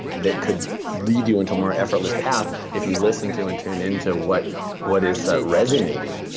that could lead you into a more effortless path if you listen to and tune into what what is that resonating?